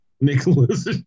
Nicholas